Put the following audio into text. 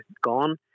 gone